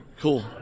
cool